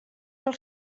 pel